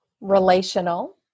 relational